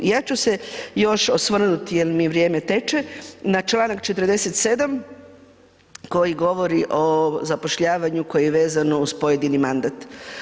Ja ću se još osvrnuti jer mi vrijeme teče na čl. 47. koji govori o zapošljavanju, koje je vezano uz pojedini mandat.